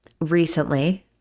recently